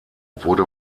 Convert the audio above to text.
wurde